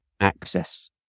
access